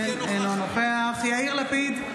אינו נוכח יאיר לפיד,